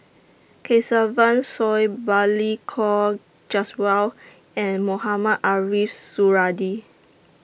Kesavan Soon Balli Kaur Jaswal and Mohamed Ariff Suradi